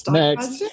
next